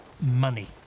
money